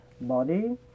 body